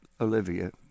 Olivia